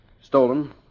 Stolen